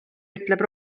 ütleb